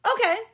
Okay